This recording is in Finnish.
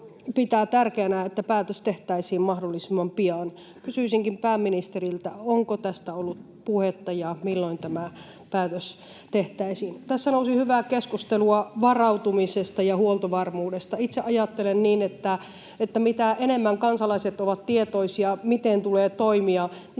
pitää tärkeänä, että päätös tehtäisiin mahdollisimman pian. Kysyisinkin pääministeriltä: onko tästä ollut puhetta, ja milloin tämä päätös tehtäisiin? Tässä nousi hyvää keskustelua varautumisesta ja huoltovarmuudesta. Itse ajattelen, että mitä enemmän kansalaiset ovat tietoisia siitä, miten tulee toimia, sitä